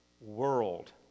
world